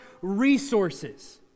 resources